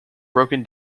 broken